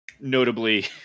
notably